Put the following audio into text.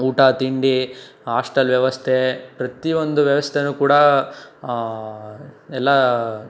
ಊಟ ತಿಂಡಿ ಆಶ್ಟಲ್ ವ್ಯವಸ್ಥೆ ಪ್ರತಿಯೊಂದು ವ್ಯವಸ್ಥೆಯೂ ಕೂಡ ಎಲ್ಲ